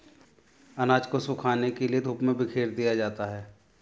अनाज को सुखाने के लिए धूप में बिखेर दिया जाता है